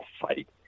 fight